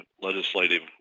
legislative